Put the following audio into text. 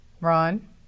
Ron